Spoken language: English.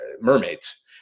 mermaids